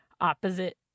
opposite